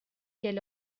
quel